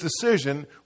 decision